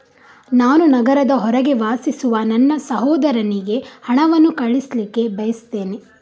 ನಾನು ನಗರದ ಹೊರಗೆ ವಾಸಿಸುವ ನನ್ನ ಸಹೋದರನಿಗೆ ಹಣವನ್ನು ಕಳಿಸ್ಲಿಕ್ಕೆ ಬಯಸ್ತೆನೆ